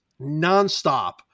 nonstop